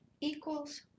equals